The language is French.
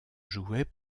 jouait